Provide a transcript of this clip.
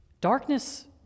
darkness